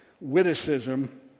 witticism